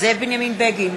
זאב בנימין בגין,